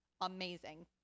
amazing